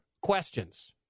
questions